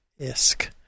ISK